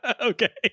okay